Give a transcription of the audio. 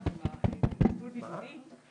אנחנו נעביר מתוך ועדת הבריאות של הכנסת את המידע להורים,